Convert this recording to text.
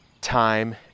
time